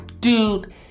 dude